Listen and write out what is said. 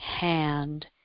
hand